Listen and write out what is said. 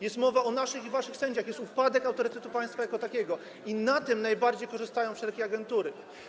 Jest mowa o naszych i waszych sędziach, jest upadek autorytetu państwa jako takiego i na tym najbardziej korzystają wszelkie agentury.